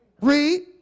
Read